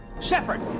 Shepard